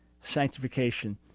sanctification